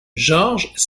jorge